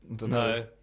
No